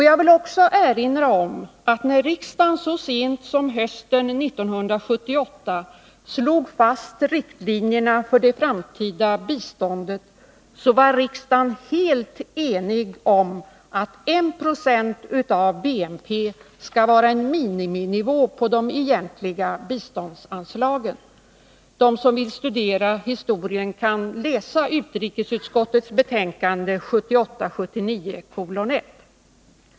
Jag vill också erinra om att när riksdagen så sent som hösten 1978 slog fast riktlinjerna för det framtida biståndet var riksdagen helt enig om att 1 26 av BNP skall vara en miniminivå på de egentliga biståndsanslagen. De som vill studera historien kan läsa utrikesutskottets betänkande 1978/79:1.